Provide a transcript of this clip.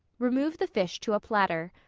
remove the fish to a platter.